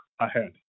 ahead